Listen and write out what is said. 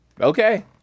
Okay